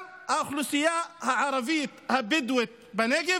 גם האוכלוסייה הערבית הבדואית בנגב,